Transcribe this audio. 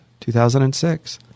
2006